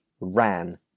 ran